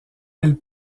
elles